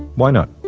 why not?